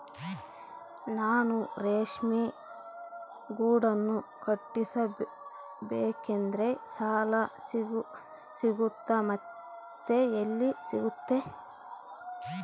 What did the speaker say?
ನಾನು ರೇಷ್ಮೆ ಗೂಡನ್ನು ಕಟ್ಟಿಸ್ಬೇಕಂದ್ರೆ ಸಾಲ ಸಿಗುತ್ತಾ ಮತ್ತೆ ಎಲ್ಲಿ ಸಿಗುತ್ತೆ?